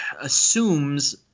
assumes